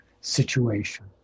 situation